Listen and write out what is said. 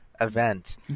event